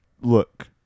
Look